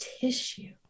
tissue